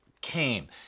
came